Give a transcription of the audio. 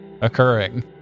occurring